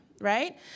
Right